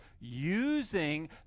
using